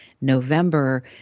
November